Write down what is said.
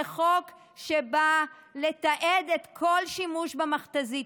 זה חוק שבא לתעד כל שימוש במכת"זית.